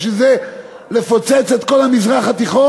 בשביל זה לפוצץ את כל המזרח התיכון?